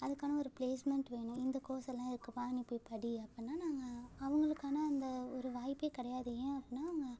அதுக்கான ஒரு ப்ளேஸ்மெண்ட் வேணும் இந்த கோர்ஸெல்லாம் இருக்குப்பா நீ போய் படி அப்பட்னா நாங்கள் அவங்களுக்கான அந்த ஒரு வாய்ப்பே கிடையாது ஏன் அப்புடின்னா